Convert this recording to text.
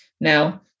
Now